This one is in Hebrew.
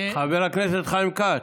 חבר הכנסת חיים כץ,